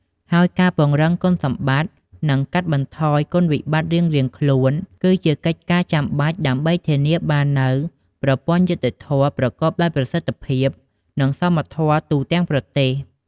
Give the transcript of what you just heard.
ហើយការពង្រឹងគុណសម្បត្តិ និងកាត់បន្ថយគុណវិបត្តិរៀងៗខ្លួន គឺជាកិច្ចការចាំបាច់ដើម្បីធានាបាននូវប្រព័ន្ធយុត្តិធម៌ប្រកបដោយប្រសិទ្ធភាព និងសមធម៌ទូទាំងប្រទេស។